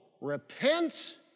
repent